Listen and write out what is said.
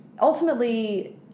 ultimately –